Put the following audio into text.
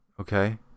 Okay